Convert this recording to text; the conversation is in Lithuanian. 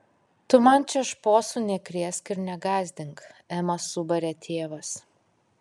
tu man čia šposų nekrėsk ir negąsdink emą subarė tėvas